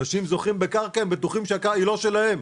אנשים זוכים בקרקע, היא לא שלהם.